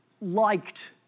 liked